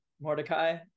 Mordecai